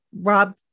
Rob